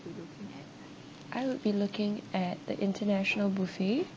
I would be looking at the international buffet